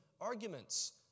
arguments